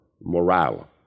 morale